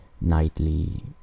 nightly